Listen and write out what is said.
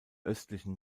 östlichen